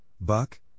Buck